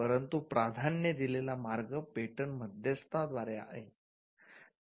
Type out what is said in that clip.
परंतु प्राधान्य दिलेला मार्ग पेटंट मध्यस्थद्वारे आहे